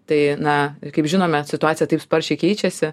tai na kaip žinome situacija taip sparčiai keičiasi